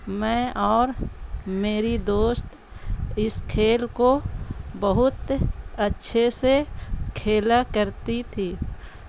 میں اور میری دوست اس کھیل کو بہت اچھے سے کھیلا کرتی تھی